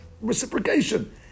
reciprocation